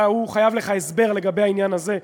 הוא חייב לך הסבר לגבי העניין הזה,